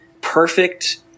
perfect